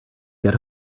get